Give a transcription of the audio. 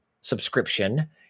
subscription